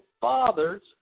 fathers